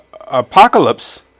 apocalypse